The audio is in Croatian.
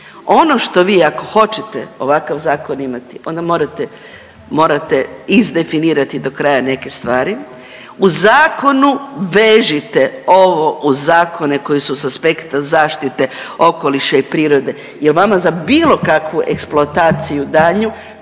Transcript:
Ono što vi ako hoćete ovakav zakon imati onda morate, morate izdefinirati dokraja neke stvari, u zakonu vežite ovo uz zakone koji su aspekta zaštite okoliša i prirode jer vama za bilo kakvu eksploataciju daljnju